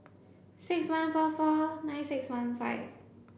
six one four four nine six one five